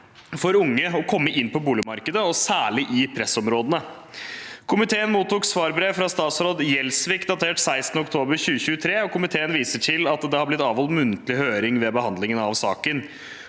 for unge å komme inn på boligmarkedet, særlig i pressområdene. Komiteen mottok svarbrev fra daværende statsråd Gjelsvik datert 16. oktober 2023, og komiteen viser til at det har blitt avholdt muntlig høring ved behandlingen av saken.